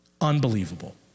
Unbelievable